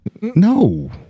No